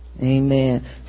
Amen